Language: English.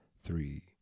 three